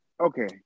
okay